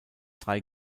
drei